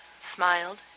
smiled